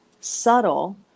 subtle